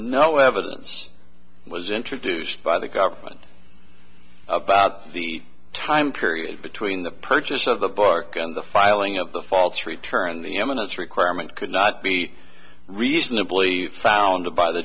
no evidence was introduced by the government about the time period between the purchase of the park and the filing of the faults returned the eminent requirement could not be reasonably founded by the